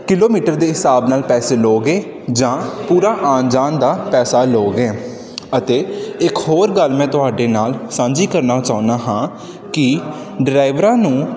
kilometre ਦੇ ਹਿਸਾਬ ਨਾਲ ਪੈਸੇ ਲਓਗੇ ਜਾਂ ਪੂਰਾ ਆਣ ਜਾਣ ਦਾ ਪੈਸਾ ਲਓਗੇ ਅਤੇ ਇੱਕ ਹੋਰ ਗੱਲ ਮੈਂ ਤੁਹਾਡੇ ਨਾਲ ਸਾਂਝੀ ਕਰਨਾ ਚਾਹੁੰਦਾ ਹਾਂ ਕਿ ਡਰਾਈਵਰਾਂ ਨੂੰ